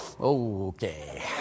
Okay